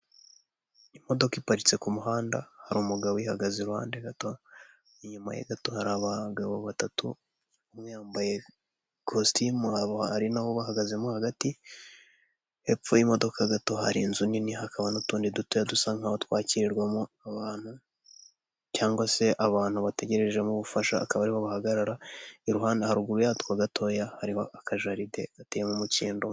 Imodoka iparitse ku muhanda hari umugabo uyihagaze iruhande gato inyuma ye gato hari abagabo batatu umwe yambaye kositimu yabo hari nuba bahagazemo hagati hepfo y’imodoka gato hari inzu nini hakaba n'utundi duto dusa nkaho twakirwamo abantu cyangwa se abantu bategerejemo ubufasha akaba aribo bahagarara iruhande haruguru yatwo gatoya hari akajaride gateye umukindo umwe.